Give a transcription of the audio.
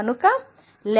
కనుక lightpphoton∼h